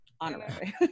Honorary